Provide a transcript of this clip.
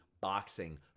boxing